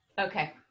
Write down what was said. okay